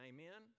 Amen